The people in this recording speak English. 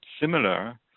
similar